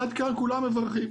עד כאן כולם מברכים.